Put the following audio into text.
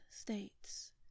states